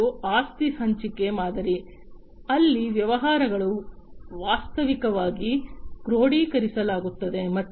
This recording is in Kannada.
ಮುಂದಿನದು ಆಸ್ತಿ ಹಂಚಿಕೆ ಮಾದರಿ ಅಲ್ಲಿ ವ್ಯವಹಾರಗಳು ವಾಸ್ತವಿಕವಾಗಿ ಕ್ರೋಡೀಕರಿಸಲಾಗುತ್ತದೆ